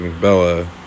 Bella